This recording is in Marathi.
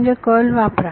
म्हणजे कर्ल वापरा